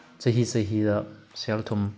ꯆꯍꯤ ꯆꯍꯤꯗ ꯁꯦꯜ ꯊꯨꯝ